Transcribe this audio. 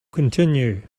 continue